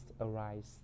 Arise